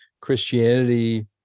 Christianity